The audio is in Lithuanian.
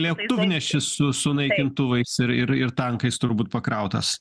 lėktuvnešis su su naikintuvais ir ir tankais turbūt pakrautas